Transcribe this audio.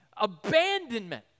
abandonment